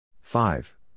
five